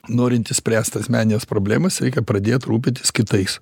norint išspręst asmenines problemas reikia pradėt rūpintis kitais